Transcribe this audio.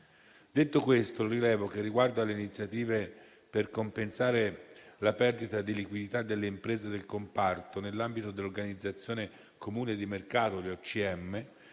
Detto questo, rilevo che riguardo alle iniziative per compensare la perdita di liquidità delle imprese del comparto, nell'ambito dell'organizzazione comune di mercato (OCM),